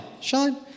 shine